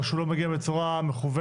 או שהוא לא מגיע בצורה מכוונת,